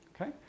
Okay